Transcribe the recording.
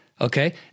okay